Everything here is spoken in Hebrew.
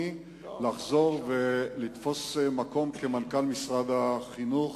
לחזור ולתפוס מקום כמנכ"ל משרד החינוך.